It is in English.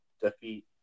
defeat